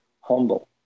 humble